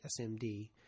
SMD